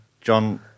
John